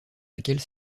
laquelle